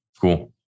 Cool